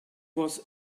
was